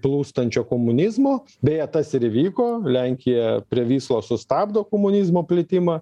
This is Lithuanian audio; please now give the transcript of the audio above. plūstančio komunizmo beje tas ir įvyko lenkija prie vyslos sustabdo komunizmo plitimą